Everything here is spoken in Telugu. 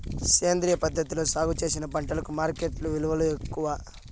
సేంద్రియ పద్ధతిలో సాగు చేసిన పంటలకు మార్కెట్టులో విలువ ఎక్కువ